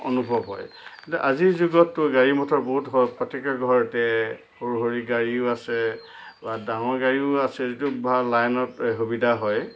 অনুভৱ হয় কিন্তু আজিৰ যুগততো গাড়ী মটৰ বহুত হ'ল প্ৰত্যেকৰ ঘৰতে সৰু সুৰী গাড়ীও আছে বা ডাঙৰ গাড়ীও আছে যিটো বা লাইনত সুবিধা হয়